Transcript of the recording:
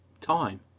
Time